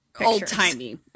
Old-timey